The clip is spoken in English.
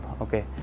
okay